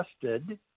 tested